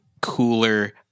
cooler